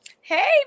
Hey